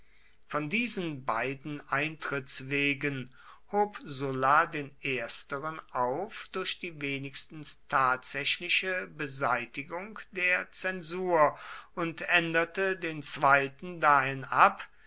von diesen beiden eintrittswegen hob sulla den ersteren auf durch die wenigstens tatsächliche beseitigung der zensur und änderte den zweiten dahin ab